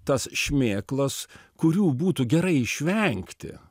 tas šmėklas kurių būtų gerai išvengti